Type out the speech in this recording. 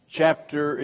chapter